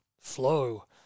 flow